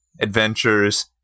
adventures